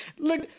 Look